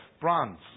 bronze